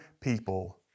people